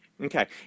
Okay